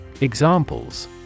Examples